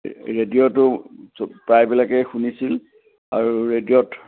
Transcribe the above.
ৰেডিঅ'টো চ প্ৰায়বিলাকে শুনিছিল আৰু ৰেডিঅ'ত